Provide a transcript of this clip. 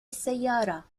السيارة